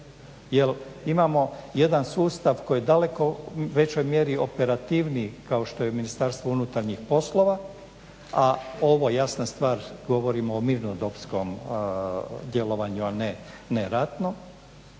jel imamo jedan sustav koji daleko u većoj mjeri operativniji kao što je Ministarstvo unutarnjih poslova a ovo jasna stvar govorimo o mirnodopskom djelovanju a ne ratno,